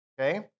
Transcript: Okay